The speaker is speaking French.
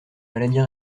maladie